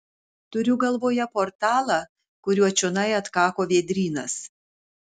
turiu galvoje portalą kuriuo čionai atkako vėdrynas